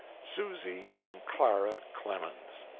susy and clara clemens.